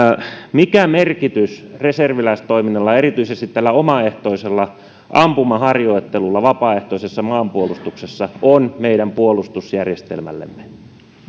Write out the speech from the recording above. mikä merkitys reserviläistoiminnalla ja erityisesti tällä omaehtoisella ampumaharjoittelulla vapaaehtoisessa maanpuolustuksessa on meidän puolustusjärjestelmällemme